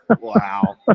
Wow